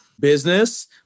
business